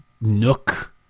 nook